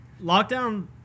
lockdown